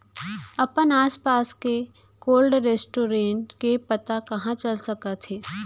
अपन आसपास के कोल्ड स्टोरेज के पता कहाँ चल सकत हे?